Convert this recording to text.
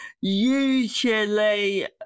usually